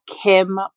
Kim